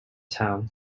town